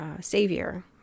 Savior